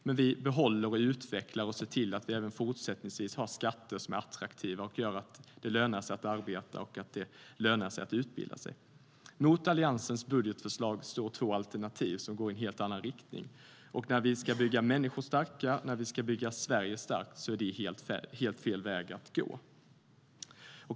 Men vi behåller och utvecklar och ser till att även fortsättningsvis ha skatter som är attraktiva och gör att det lönar sig att arbeta och lönar sig att utbilda sig. Mot Alliansens budgetförslag står två alternativ som går i helt annan riktning. När vi ska bygga människor starka och ska bygga Sverige starkt är det helt fel väg att gå.